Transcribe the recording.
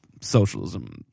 socialism